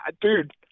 dude